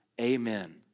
Amen